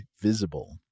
Visible